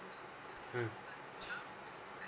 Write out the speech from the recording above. mm